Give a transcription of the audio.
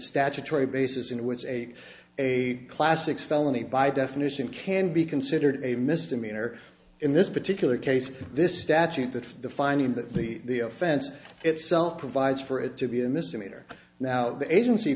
statutory basis in which a a classic felony by definition can be considered a misdemeanor in this particular case this statute that the finding that the offense itself provides for it to be a misdemeanor now the agency